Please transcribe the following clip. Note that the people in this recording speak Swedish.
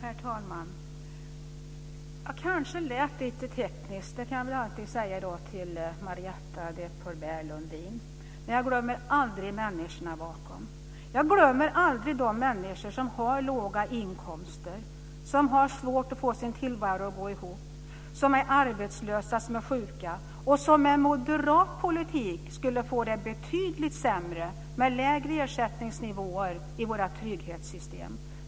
Herr talman! Jag kanske lät lite teknisk, men jag glömmer aldrig människorna bakom. Jag glömmer aldrig de människor som har låga inkomster och som har svårt att få sin tillvaro att gå ihop, som är arbetslösa, som är sjuka och som med moderat politik skulle få det betydligt sämre med lägre ersättningsnivåer i våra trygghetssystem.